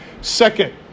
Second